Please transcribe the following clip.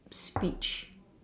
speech